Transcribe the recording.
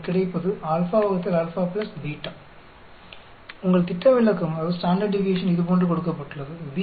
உங்களுக்கு கிடைப்பது உங்கள் திட்டவிலக்கம் இதுபோன்று கொடுக்கப்பட்டுள்ளது